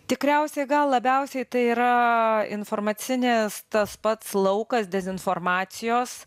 tikriausiai gal labiausiai tai yra informacinis tas pats laukas dezinformacijos